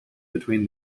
between